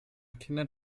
kindern